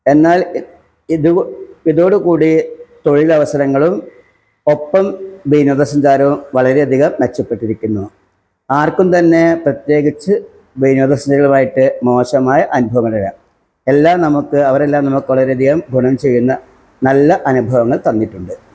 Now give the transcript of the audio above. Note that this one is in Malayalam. എന്നാൽ ഇത് ഇതോട് കൂടി തൊഴിലവസരങ്ങളും ഒപ്പം വിനോദസഞ്ചാരവും വളരെ അധികം മെച്ചപ്പെട്ടിരിക്കുന്നു ആർക്കും തന്നെ പ്രത്യേകിച്ച് വിനോദസഞ്ചാരികളുമായിട്ട് മോശമായ അനുഭവങ്ങളില്ല എല്ലാം നമുക്ക് അവരെല്ലാം നമുക്ക് വളരെ അധികം ഗുണം ചെയ്യുന്ന നല്ല അനുഭവങ്ങൾ തന്നിട്ടുണ്ട്